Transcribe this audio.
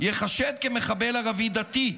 ייחשד כמחבל ערבי דתי,